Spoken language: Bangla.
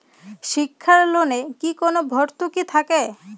শিক্ষার লোনে কি কোনো ভরতুকি থাকে?